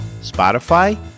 Spotify